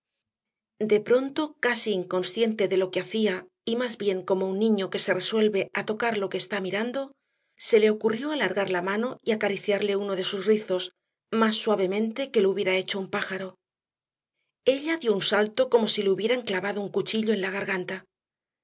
de pronto casi inconsciente de lo que hacía y más bien como un niño que se resuelve a tocar lo que está mirando se le ocurrió alargar la mano y acariciarle uno de sus rizos más suavemente que lo hubiera hecho un pájaro ella dio un salto como si le hubieran clavado un cuchillo en la garganta